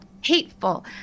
hateful